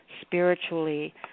spiritually